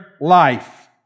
life